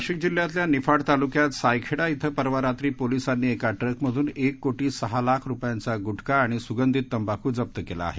नाशिक जिल्ह्यातल्या निफाड तालुक्यात सायखेडा इथं परवा रात्री पोलिसांनी एका ट्रकमधून एक कोटी सहा लाख रुपयांच्या गुटखा आणि सुगंधित तंबाखू जप्त केला आहे